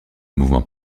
mouvement